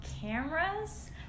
cameras